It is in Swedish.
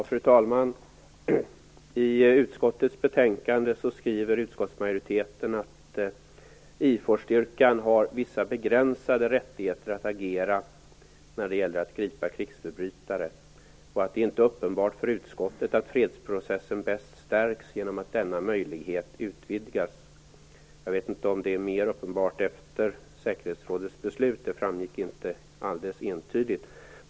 Fru talman! I utskottets betänkande skriver utskottsmajoriteten: IFOR-styrkan har vissa begränsade rättigheter att agera när det gäller att gripa krigsförbrytare. Det är inte uppenbart för utskottet att fredsprocessen bäst stärks genom att denna möjlighet utvidgas. Jag vet inte om det är mer uppenbart efter säkerhetsrådets beslut. Det framgick inte alldeles entydigt.